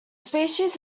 species